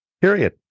Period